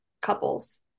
couples